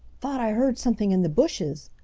thought i heard something in the bushes!